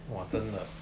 !wah! 真的